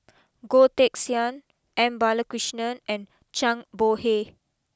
Goh Teck Sian M Balakrishnan and Zhang Bohe